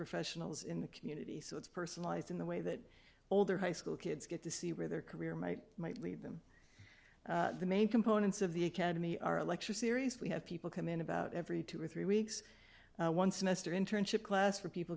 professionals in the community so it's personalized in the way that older high school kids get to see where their career might might lead them the main components of the academy are a lecture series we have people come in about every two or three weeks one semester internship class for people